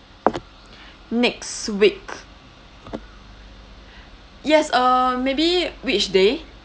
next week yes uh maybe which day